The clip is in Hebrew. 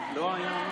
אתם לא תצאו